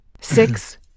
Six